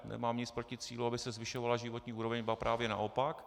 Nemám nic proti cíli, aby se zvyšovala životní úroveň, ba právě naopak.